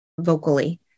vocally